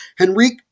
Henrique